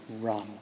run